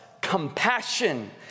compassion